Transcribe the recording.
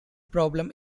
problem